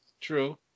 True